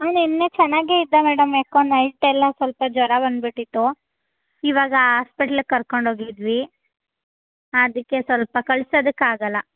ಹಾಂ ನಿನ್ನೆ ಚೆನ್ನಾಗೇ ಇದ್ದ ಮೇಡಮ್ ಯಾಕೋ ನೈಟೆಲ್ಲ ಸ್ವಲ್ಪ ಜ್ವರ ಬಂದುಬಿಟ್ಟಿತು ಇವಾಗ ಆಸ್ಪೆಟ್ಲಗೆ ಕರ್ಕೊಂಡು ಹೋಗಿದ್ವಿ ಅದಕ್ಕೆ ಸ್ವಲ್ಪ ಕಳ್ಸೋದಕ್ಕಾಗಲ್ಲ